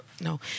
No